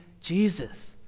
Jesus